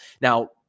Now